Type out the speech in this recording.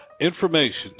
information